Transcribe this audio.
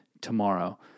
tomorrow